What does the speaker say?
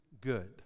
good